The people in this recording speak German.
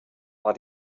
war